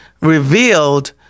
revealed